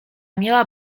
miała